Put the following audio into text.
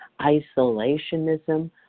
isolationism